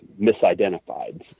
misidentified